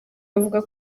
bavuga